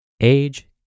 age